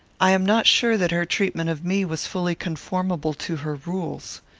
i am not sure that her treatment of me was fully conformable to her rules.